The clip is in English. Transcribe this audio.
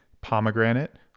pomegranate